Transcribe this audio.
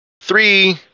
three